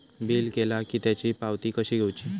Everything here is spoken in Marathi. बिल केला की त्याची पावती कशी घेऊची?